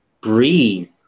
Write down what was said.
breathe